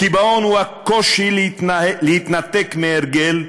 קיבעון הוא הקושי להתנתק מהרגל,